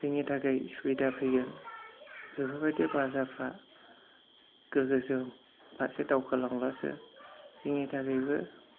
जोंनि थाखाय सुबिदा फैयो बेफोरबायदि बाजारफ्रा गोजौजों फारसे दावखोलांब्लासो जोंनि थाखायबो